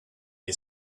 you